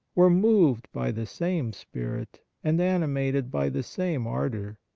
were moved by the same spirit and animated by the same ardour,